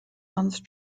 month